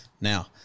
Now